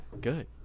Good